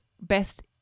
best